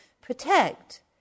protect